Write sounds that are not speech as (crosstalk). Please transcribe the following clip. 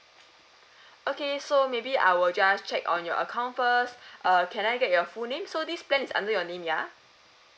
(breath) okay so maybe I will just check on your account first uh can I get your full name so this plan is under your name ya